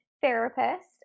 therapist